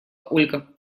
ольга